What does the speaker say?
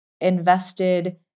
invested